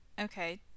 Okay